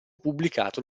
pubblicato